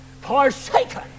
forsaken